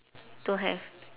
don't have